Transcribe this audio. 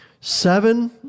seven